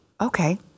okay